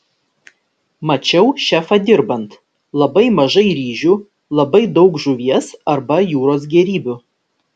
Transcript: mačiau šefą dirbant labai mažai ryžių labai daug žuvies arba jūros gėrybių